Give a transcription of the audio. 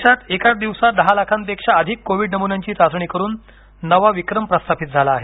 देशात एकाच दिवसांत दहा लाखांपेक्षा अधिक कोविड नमुन्यांची चाचणी करून नवा विक्रम प्रस्थापित झाला आहे